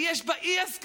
ויש בה אי-הסכמות,